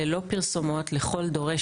ללא פרסומות לכל דורש